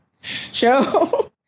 show